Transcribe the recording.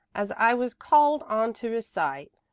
as i was called on to recite,